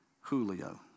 Julio